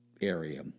area